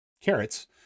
carrots